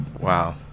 Wow